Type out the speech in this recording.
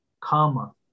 karma